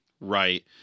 Right